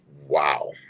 wow